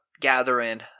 gathering